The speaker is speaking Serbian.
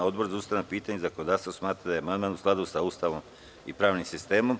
Odbor za ustavna pitanja i zakonodavstvo smatra da je amandman u skladu sa Ustavom i pravnim sistemom.